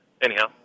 anyhow